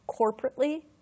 corporately